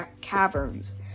caverns